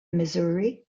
missouri